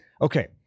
okay